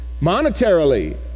monetarily